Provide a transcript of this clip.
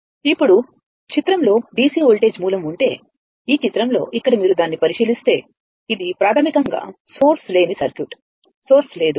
ఇప్పుడు చిత్రంలో DC voltage మూలం ఉంటే ఈ చిత్రంలో ఇక్కడ మీరు దానిని పరిశీలిస్తే ఇది ప్రాథమికంగా సోర్స్ లేని సర్క్యూట్ సోర్స్ లేదు